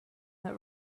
that